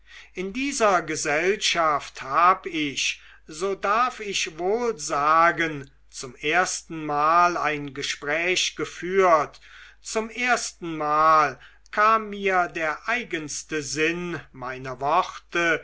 in dieser gesellschaft hab ich so darf ich wohl sagen zum erstenmal ein gespräch geführt zum erstenmal kam mir der eigenste sinn meiner worte